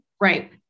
Right